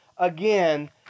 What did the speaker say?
Again